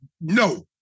no